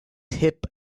hip